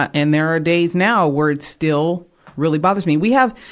and there are days now where it still really bothers me. we have,